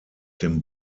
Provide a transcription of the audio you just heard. dem